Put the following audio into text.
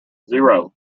zero